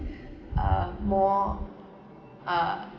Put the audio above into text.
uh more uh